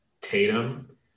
Tatum